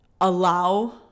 allow